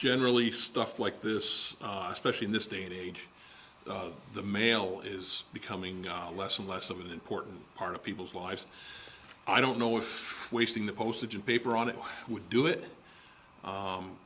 generally stuff like this especially in this day and age the mail is becoming less and less of an important part of people's lives i don't know if wasting the postage and paper on it would do it